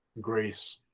grace